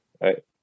right